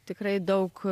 tikrai daug